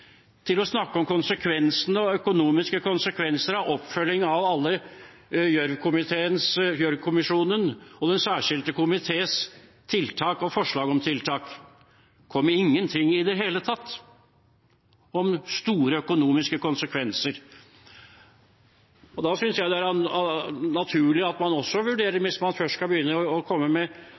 til å snakke om de økonomiske konsekvensene av oppfølging av alle Gjørv-kommisjonens og Den særskilte komités tiltak og forslag til tiltak. Det kom ingenting i det hele tatt om store økonomiske konsekvenser. Da synes jeg det er naturlig – hvis man først skal komme med